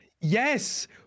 Yes